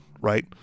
Right